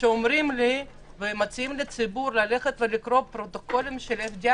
כשמציעים לי ללכת לקרוא פרוטוקול של FBI